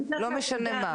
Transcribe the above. זה לא משנה מה,